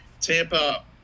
Tampa